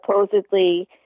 supposedly